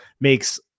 makes